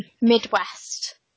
Midwest